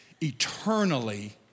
eternally